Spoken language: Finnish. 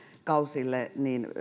kausille